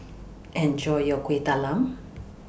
Enjoy your Kueh Talam